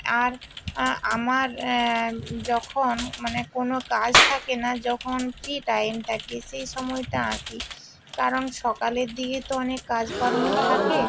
আর আমার যখন মানে কোনো কাজ থাকে না যখন কী টাইম থাকে সেই সময়টা আঁকি কারণ সকালের দিকে তো অনেক কাজকর্ম থাকে